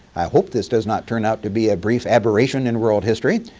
i hope this does not turn out to be a brief aberration in world history.